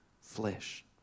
flesh